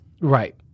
right